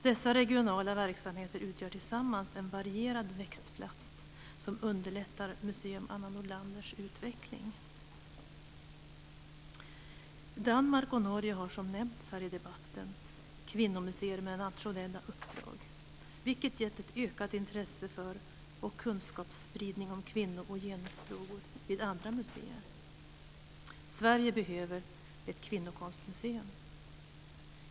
Dessa regionala verksamheter utgör tillsammans en varierad växtplats som underlättar Museum Anna Nordlanders utveckling. Danmark och Norge har som nämnts här i debatten kvinnomuseer med nationella uppdrag. Det har gett ett ökat intresse för och kunskapsspridning om kvinno och genusfrågor vid andra museer. Sverige behöver ett kvinnokonstmuseum.